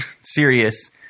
serious